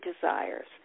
desires